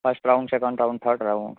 first round second round third round